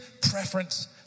preference